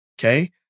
Okay